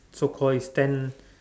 so called is stand